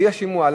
יהיה שימוע.